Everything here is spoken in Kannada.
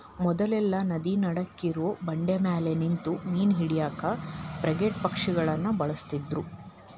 ಮೊದ್ಲೆಲ್ಲಾ ನದಿ ನಡಕ್ಕಿರೋ ಬಂಡಿಮ್ಯಾಲೆ ನಿಂತು ಮೇನಾ ಹಿಡ್ಯಾಕ ಫ್ರಿಗೇಟ್ ಪಕ್ಷಿಗಳನ್ನ ಬಳಸ್ತಿದ್ರು